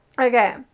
Okay